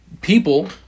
people